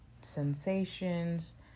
sensations